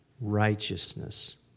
righteousness